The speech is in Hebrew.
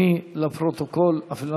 התרבות והספורט להכנתה לקריאה שנייה ושלישית.